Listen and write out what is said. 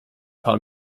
paar